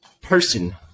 person